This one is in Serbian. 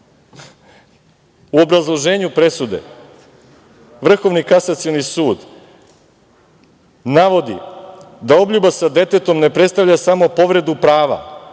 u obrazloženju presude Vrhovni kasacioni sud navodi da obljuba sa detetom ne predstavlja samo povredu prava,